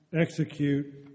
execute